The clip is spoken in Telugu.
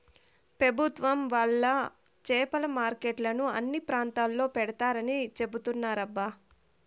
పెభుత్వం వాళ్ళు చేపల మార్కెట్లను అన్ని ప్రాంతాల్లో పెడతారని చెబుతున్నారబ్బా